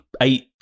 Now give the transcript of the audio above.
eight